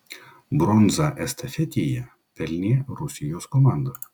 bronzą estafetėje pelnė rusijos komanda